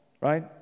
right